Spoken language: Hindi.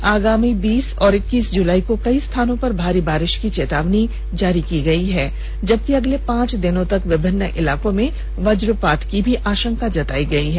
राज्य में आगामी बीस और इक्कीस जुलाई को कई स्थानों पर भारी बारिश की चेतावनी जारी की गयी है जबकि अगले पांच दिनों तक विभिन्न इलाकों में वज्रपात की भी आशंका जतायी गयी है